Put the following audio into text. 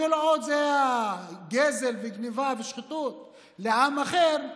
כל עוד זה גזל וגנבה ושחיתות כלפי עם אחר,